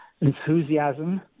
enthusiasm